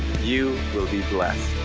you will be blessed.